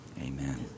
Amen